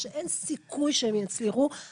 ואין סיכוי שהם יצליחו לעבור בה.